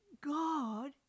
God